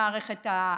במערכת האוניברסיטאית,